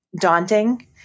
daunting